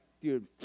dude